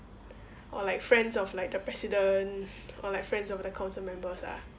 or like friends of like the president or like friends of the council members ah